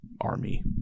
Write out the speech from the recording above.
army